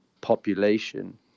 population